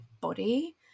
body